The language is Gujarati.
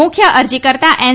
મુખ્ય અરજીકર્તા એન